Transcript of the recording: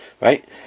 right